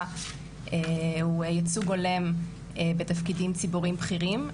הוא ייצוג הולם בתפקידים ציבוריים בכירים,